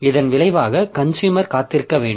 இதன் விளைவாக கன்சுயூமர் காத்திருக்க வேண்டும்